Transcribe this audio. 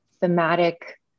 thematic